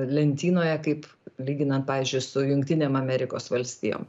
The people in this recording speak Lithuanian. lentynoje kaip lyginant pavyzdžiui su jungtinėm amerikos valstijom